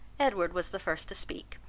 edward was the first to speak,